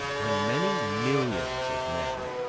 when many millions of men,